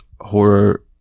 horror